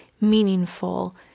meaningful